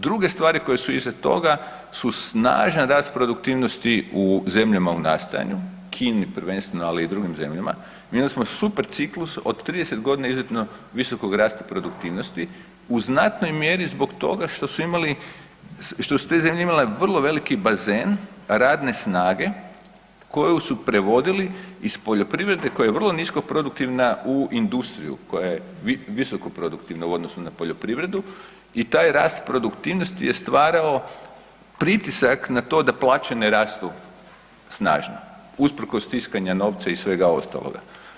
Druge stvari koje su iza toga su snažan rast produktivnosti u zemljama u nastajanju, Kini prvenstveno ali i drugim zemljama, …/nerazumljivo/… super ciklus od 30 godina izuzetno visokog rasta produktivnosti u znatnoj mjeri zbog toga što su imali, što su te zemlje imale vrlo veliki bazen radne snage koju su prevodili iz poljoprivrede koja je vrlo nisko produktivna u industriju koja je visoko produktivna u odnosu na poljoprivredu i taj rast produktivnosti je stvarao pritisak na to da plaće ne rastu snažno usprkos tiskanja novca i svega ostaloga.